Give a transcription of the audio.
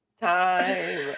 Time